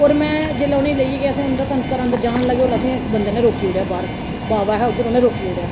होर में जेल्लै उ'नेंगी लेइयै गेई असें उं'दा संस्करण करन जान लगे उसलै बंदे ने असेंगी रोकी ओड़ेआ बाह्र बाह् उ'नें हे उद्धर रोकी ओड़ेआ